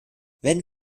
wenn